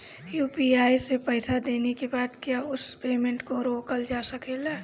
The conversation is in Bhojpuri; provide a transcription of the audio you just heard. यू.पी.आई से पईसा देने के बाद क्या उस पेमेंट को रोकल जा सकेला?